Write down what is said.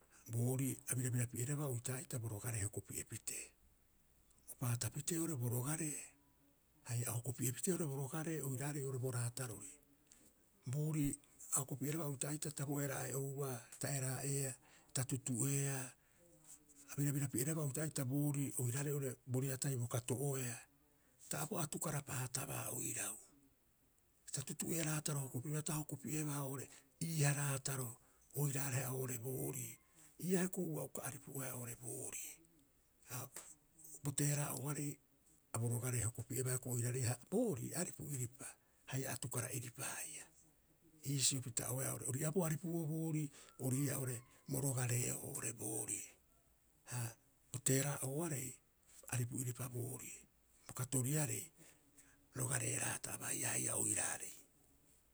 Boorii a birabira pi'erebaa oitaa'ita bo rogaree hoko pi'e pitee. O paata pitee oo'ore bo rogaree haia o hoko pi'e pitee oo'ore bo rogaree oiraarei oo'ore bo raatarori. Boorii a hoko pi'erebaa oitaa'ita ta bo eraa'e oubaa, ta eraa'eea ta tutu'eea. A birabira pi'erebaa oitaa'ita boorii oiraarei oo'ore bo riatai bo kato'oea. Ta bo atukara paatabaa oirau. Ta tutu'e raataro ta o hoko pi'ebaa oo'ore iiha raataro oiraareha oo'ore boorii. Ii'aa hioko'i ua uka aripu'oeaa oo'ore boorii. Ha bo teera'a'ooarei a bo rogare hoko pi'ebaa hioko'i oiraareha boorii, aripu iripa haia atukara'iripa haia. Iisio pita'oea oo'ore, ori ii'aa bo aripu'oo boorii, ori ii'aa oo'ore bo rogaree'oo oo'ore boorii. Ha boteeraa'ooarei aripu'iripa boorii, bo katoriarei rogaree raata abaiia ii'aa oiraarei.